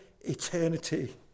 eternity